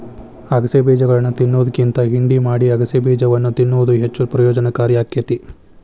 ಅಗಸೆ ಬೇಜಗಳನ್ನಾ ತಿನ್ನೋದ್ಕಿಂತ ಹಿಂಡಿ ಮಾಡಿ ಅಗಸೆಬೇಜವನ್ನು ತಿನ್ನುವುದು ಹೆಚ್ಚು ಪ್ರಯೋಜನಕಾರಿ ಆಕ್ಕೆತಿ